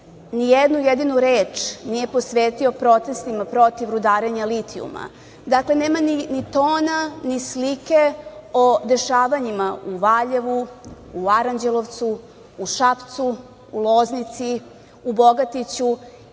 nijednu jedinu reč nije posvetio protestima protiv rudarenja litijuma, dakle, nema ni tona, ni slike o dešavanjima u Valjevu, u Aranđelovcu, u Šapcu, u Loznici, u Bogatiću